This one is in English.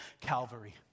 Calvary